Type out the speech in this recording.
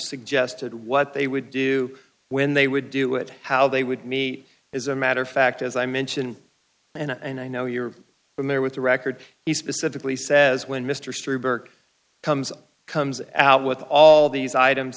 suggested what they would do when they would do it how they would meet as a matter of fact as i mentioned and i know you're familiar with the record he specifically says when mr burke comes comes out with all these items